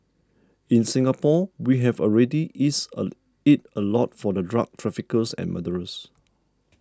in Singapore we have already eased it a lot for the drug traffickers and murderers